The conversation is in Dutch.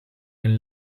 een